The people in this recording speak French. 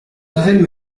nouvelles